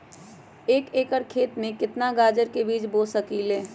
एक एकर खेत में केतना गाजर के बीज बो सकीं ले?